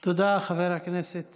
תודה, חבר הכנסת